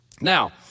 Now